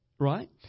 Right